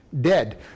dead